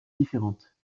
différente